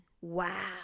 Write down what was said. wow